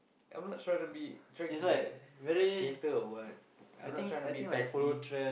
I'm not tryna be trying to be like hater or what I'm not trying to be